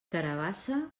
carabassa